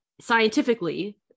scientifically